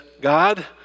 God